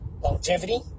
longevity